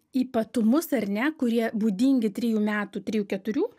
ypatumus ar ne kurie būdingi trijų metų trijų keturių